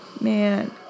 Man